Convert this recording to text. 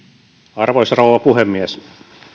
arvoisa rouva puhemies